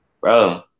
Bro